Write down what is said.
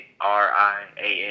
R-I-A-N